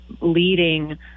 leading